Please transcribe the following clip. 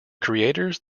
creators